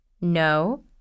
No